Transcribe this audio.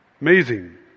Amazing